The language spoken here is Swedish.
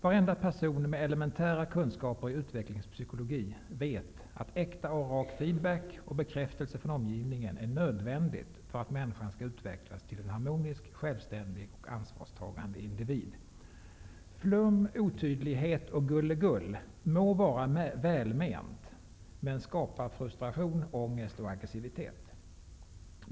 Varenda person med elementära kunskaper i utvecklingspsykologi vet att äkta och rak feedback och bekräftelse från omgivningen är nödvändigt för att människan skall utvecklas till en harmonisk, självständig och ansvarstagande individ. Flum, otydlighet och gullegull må vara välment, men det skapar frustration, ångest och aggressivitet.